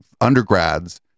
undergrads